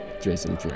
Jason